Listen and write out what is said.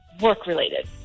work-related